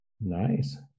Nice